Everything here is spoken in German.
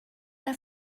der